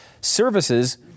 services